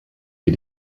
sie